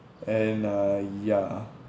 and uh ya